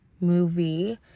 movie